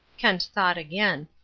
kent thought again.